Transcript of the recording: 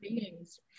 beings